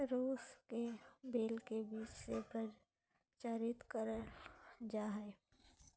सरू के बेल के बीज से प्रचारित कइल जा हइ